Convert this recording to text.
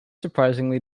surprisingly